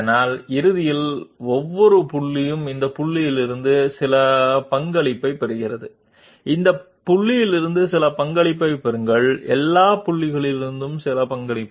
ఇది u parameter యొక్క నిర్దిష్ట ఫంక్షన్తో గుణించబడుతుంది తద్వారా చివరికి ప్రతి పాయింట్ ఈ పాయింట్ నుండి కొంత సహకారం పొందుతుంది ఈ పాయింట్ నుండి కొంత సహకారం పొందండి ఆ విధంగా అన్ని పాయింట్ల నుండి కొంత సహకారం పొందండి